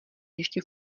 ještě